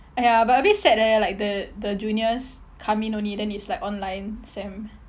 !aiya! but a bit sad eh like the the juniors come in only then it's like online sem